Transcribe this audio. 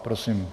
Prosím.